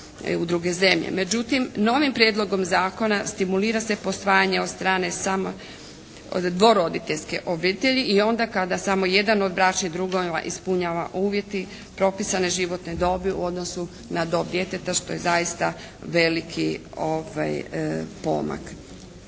Međutim, novim prijedlogom zakona stimulira se posvajanje od strane samo od dvoroditeljske obitelji i onda kada samo jedan od bračnih drugova ispunjava uvjete propisane životne dobi u odnosu na dob djeteta što je zaista veliki pomak.